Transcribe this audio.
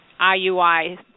IUI